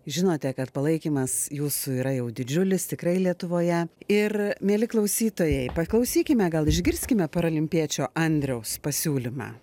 žinote kad palaikymas jūsų yra jau didžiulis tikrai lietuvoje ir mieli klausytojai paklausykime gal išgirskime paralimpiečio andriaus pasiūlymą